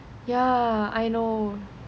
yeah I know